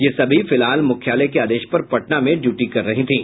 ये सभी फिलहाल मुख्यालय के आदेश पर पटना में ड्यटी कर रही थीं